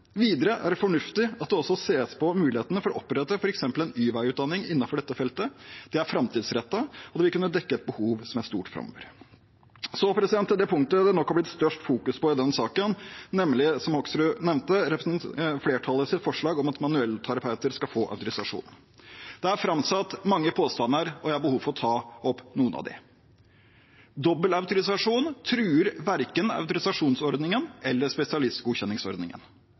Videre er det fornuftig at det også ses på mulighetene for å opprette f.eks. en y-veiutdanning innenfor dette feltet. Det er framtidsrettet, og det vil kunne dekke et behov som er stort framover. Så til det punktet det nok har blitt størst fokus på i denne saken, nemlig det som representanten Hoksrud nevnte, flertallets forslag om at manuellterapeuter skal få autorisasjon. Det er framsatt mange påstander, og jeg har behov for å ta opp noen av dem. Dobbeltautorisasjon truer verken autorisasjonsordningen eller spesialistgodkjenningsordningen.